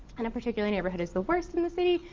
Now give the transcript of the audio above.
and a particular neighborhood is the worst in the city?